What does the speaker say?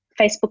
Facebook